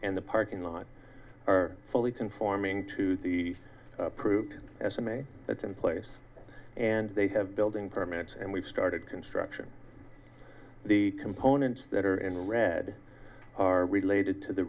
and the parking lot are fully conforming to the pruett as me that's in place and they have building permits and we've started construction the components that are in the red are related to the